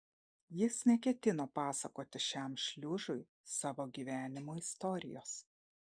jis neketino pasakoti šiam šliužui savo gyvenimo istorijos